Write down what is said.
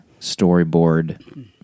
storyboard